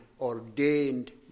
ordained